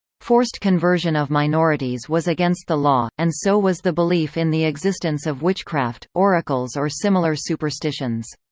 forced conversion of minorities was against the law, and so was the belief in the existence of witchcraft, oracles or similar superstitions.